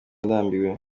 ndambiwe